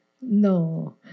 No